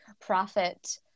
profit